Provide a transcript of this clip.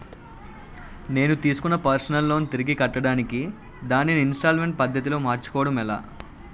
నేను తిస్కున్న personal loan తిరిగి కట్టడానికి దానిని ఇంస్తాల్మేంట్ పద్ధతి లో మార్చుకోవడం ఎలా?